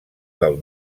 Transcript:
del